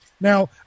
Now